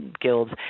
guilds